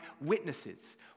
witnesses